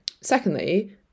Secondly